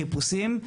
חיפושים ברחוב.